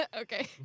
Okay